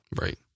Right